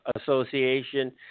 Association